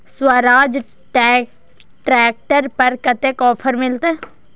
Swaraj tractor पर कतेक offer मिलते?